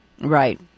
Right